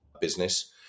business